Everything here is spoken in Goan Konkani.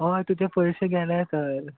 हय तुजे पयशे गेले तर